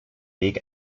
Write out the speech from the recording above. weg